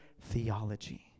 theology